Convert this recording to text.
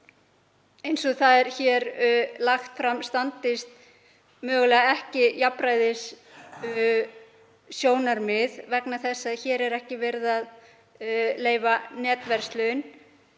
eins og það er hér lagt fram standist mögulega ekki jafnræðissjónarmið vegna þess að hér er ekki verið að leyfa netverslun.